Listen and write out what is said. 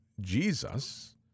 Jesus